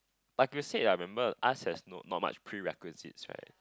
like I said remember Arts has no not much pre requisite right